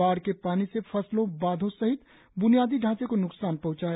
बाढ़ के पानी से फसलों बांधों सहित बुनियादी ढांचे को नुकसान पहंचा है